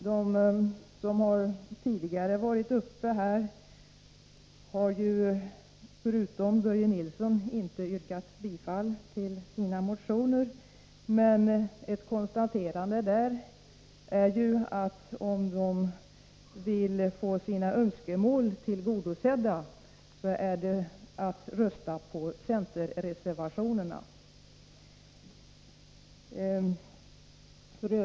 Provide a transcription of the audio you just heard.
De som tidigare har varit uppe här i talarstolen, Börje Nilsson undantagen, har inte yrkat bifall till sina motioner, men man kan göra konstaterandet att om de vill få sina önskemål tillgodosedda har de bara att rösta på centerreservationerna.